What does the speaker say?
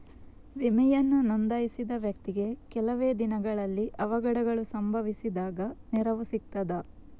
ವಿಮೆಯನ್ನು ನೋಂದಾಯಿಸಿದ ವ್ಯಕ್ತಿಗೆ ಕೆಲವೆ ದಿನಗಳಲ್ಲಿ ಅವಘಡಗಳು ಸಂಭವಿಸಿದಾಗ ನೆರವು ಸಿಗ್ತದ?